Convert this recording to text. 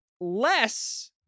Less